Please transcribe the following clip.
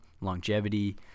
longevity